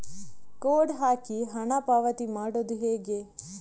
Code ಹಾಕಿ ಹಣ ಪಾವತಿ ಮಾಡೋದು ಹೇಗೆ?